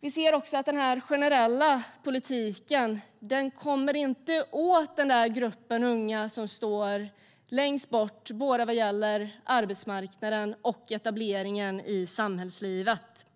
Vi ser dock att den generella politiken inte kommer åt den grupp unga som står längst bort vad gäller både arbetsmarknaden och etableringen i samhällslivet.